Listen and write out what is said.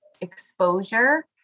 exposure